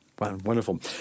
Wonderful